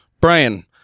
Brian